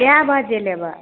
कै बजे लेबै